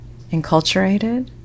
enculturated